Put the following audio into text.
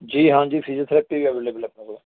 ਜੀ ਹਾਂਜੀ ਫੀਜਓਥੈਰਪੀ ਵੀ ਅਵੇਲੇਬਲ ਹੈ ਆਪਣੇ ਕੋਲ